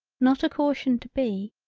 not a caution to be.